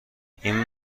این